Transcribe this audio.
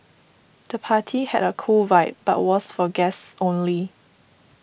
the party had a cool vibe but was for guests only